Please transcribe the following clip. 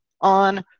on